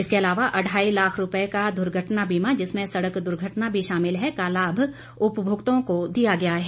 इसके अलावा अढ़ाई लाख रूपए का दुर्घटना बीमा जिसमें सड़क दुर्घटना भी शामिल है का लाभ उपभोक्ता को दिया गया है